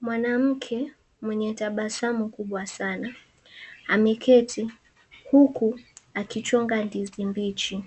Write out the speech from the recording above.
Mwanamke mwenye tabasamu kubwa sana ameketi, huku akichonga ndizi mbichi.